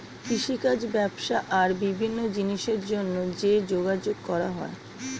কৃষিকাজ, ব্যবসা আর বিভিন্ন জিনিসের জন্যে যে যোগাযোগ করা হয়